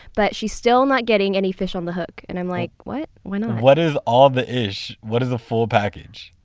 but she's still not getting any fish on the hook. and i'm like, what? why not? what is all the ish? what is a full package?